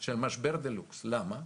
של משבר דה לוקס, למה?